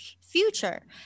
future